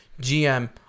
GM